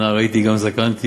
נער הייתי גם זקנתי,